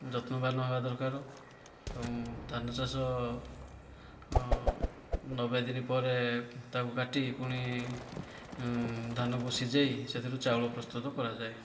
ଯତ୍ନବାନ ହବା ଦରକାର ଏବଂ ଧାନ ଚାଷ ନବେ ଦିନ ପରେ ତା'କୁ କାଟି ପୁଣି ଧାନକୁ ସିଝେଇ ସେଥିରୁ ଚାଉଳ ପ୍ରସ୍ତୁତ କରାଯାଏ